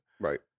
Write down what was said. Right